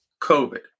COVID